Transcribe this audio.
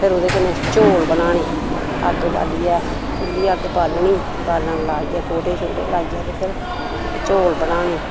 फिर ओह्दे कन्नै चौल बनाने अग्ग बालियै चु'ल्ली अग्ग बालनी बालन लाइये गोह्टे शोहटे लाइये ते फिर चौल बनाने